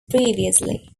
previously